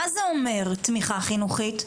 מה זה אומר תמיכה חינוכית?